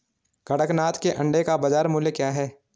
कड़कनाथ के अंडे का बाज़ार मूल्य क्या है?